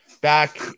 back